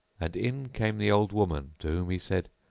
and in came the old woman to whom he said,